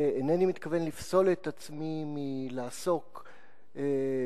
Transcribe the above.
ואינני מתכוון לפסול את עצמי מלעסוק בעניינה,